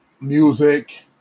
music